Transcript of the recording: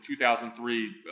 2003